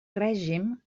règim